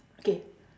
okay